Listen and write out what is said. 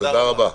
תודה רבה.